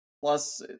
Plus